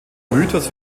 mythos